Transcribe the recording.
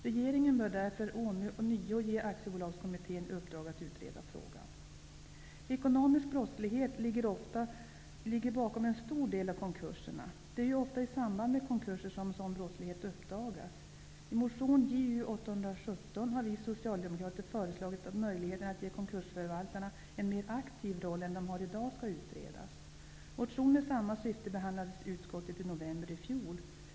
Regeringen bör därför ånyo ge Aktiebolagskommittén i uppdrag att utreda frågan. Ekonomisk brottslighet ligger bakom en stor del av konkurserna. Det är ofta i samband med konkurser som sådan brottslighet uppdagas. I motion Ju817 har vi socialdemokrater föreslagit att möjligheterna skall utredas att ge konkursförvaltarna en mer aktiv roll än de har i dag. En motion med samma syfte behandlades i utskottet i november i fjol.